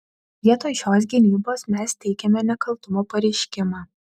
vietoj šios gynybos mes teikiame nekaltumo pareiškimą